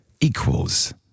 equals